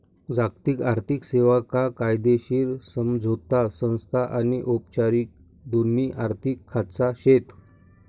जागतिक आर्थिक सेवा मा कायदेशीर समझोता संस्था आनी औपचारिक दोन्ही आर्थिक खाचा शेत